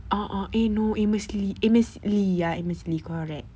uh uh eh no amos lee amos lee ya amos lee correct